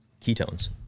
ketones